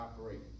operating